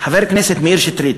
חבר הכנסת מאיר שטרית,